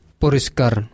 poriskar